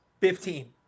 Fifteen